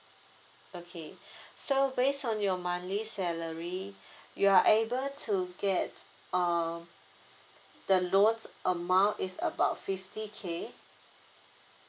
okay so based on your monthly salary you are able to get uh the loan's amount is about fifty K